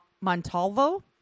Montalvo